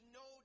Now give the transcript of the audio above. no